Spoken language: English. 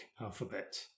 alphabet